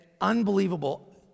unbelievable